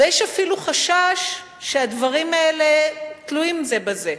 ויש אפילו חשש שהדברים האלה תלויים זה בזה,